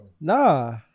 Nah